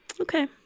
okay